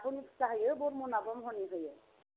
बाथौनि फुजा होयो ब्रह्म ना ब्रह्म नि होयो